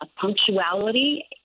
Punctuality